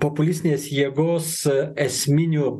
populistinės jėgos esminiu